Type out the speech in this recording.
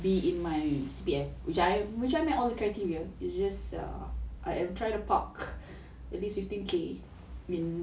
be in my C_P_F which I which I met all the criteria it's just err I am try the park at least fifteen K